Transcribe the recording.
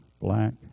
black